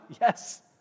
Yes